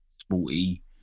sporty